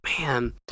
man